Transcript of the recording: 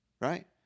right